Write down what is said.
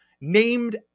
named